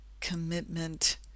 commitment